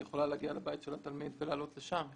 היא יכולה להגיע לבית של התלמיד ולעלות שם.